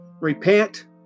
repent